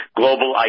global